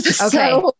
Okay